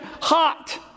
hot